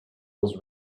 was